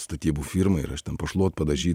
statybų firma ir aš ten pašluot padažyt